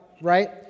Right